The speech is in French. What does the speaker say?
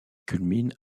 culmine